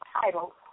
title